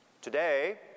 Today